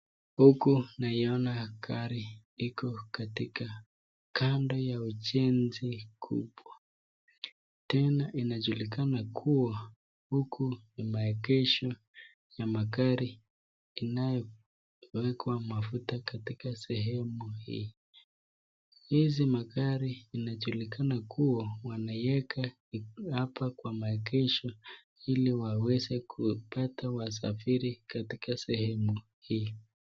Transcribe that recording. Huku naiona gari iko katika kando ya ujenzi kubwa, tena ina julikana kuwa huku ni maegesho ya magari inayo wekwa mafuta katika sehemu hii, hizi magari ina julikana kuwa yamewekwa apa kwa maegesho ili waweze kupata wasafiri katika sehemu hii.